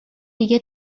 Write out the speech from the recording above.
دیگه